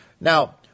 Now